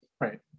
Right